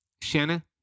Shanna